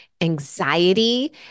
anxiety